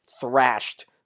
thrashed